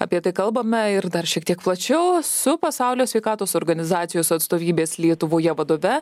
apie tai kalbame ir dar šiek tiek plačiau su pasaulio sveikatos organizacijos atstovybės lietuvoje vadove